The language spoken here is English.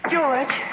George